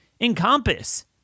encompass